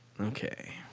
Okay